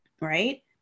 right